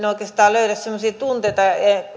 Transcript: oikeastaan löydä semmoisia tunteita